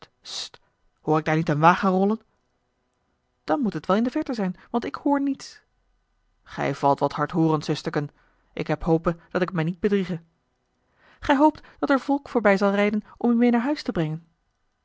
hoor ik daar niet een wagen rollen dan moet het wel in de verte zijn want ik hoor niets gij valt wat hardhoorend zusterken ik heb hope dat ik mij niet bedriege gij hoopt dat er volk voorbij zal rijden om u meê naar huis te brengen